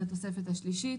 לתוספת השלישית